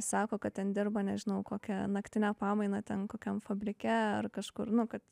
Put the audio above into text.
sako kad ten dirba nežinau kokią naktinę pamainą ten kokiam fabrike ar kažkur nu kad